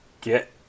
get